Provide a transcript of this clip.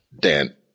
Dan